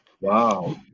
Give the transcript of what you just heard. Wow